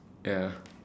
ya